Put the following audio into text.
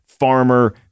farmer